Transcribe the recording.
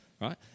right